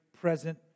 present